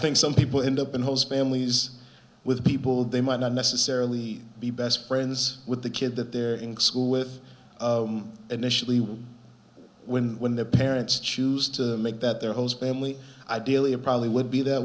think some people end up in those families with people they might not necessarily be best friends with the kid that they're in school with initially when when their parents choose to make that their host family ideally a probably would be that